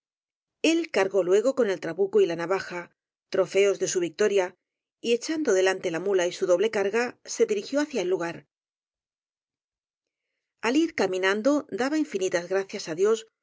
car gó luego con el trabuco y la navaja trofeos de su victoria y echando delante la muía y su doble car ga se dirigió hacia el lugar al ir caminando daba infinitas gracias á dios